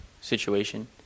situation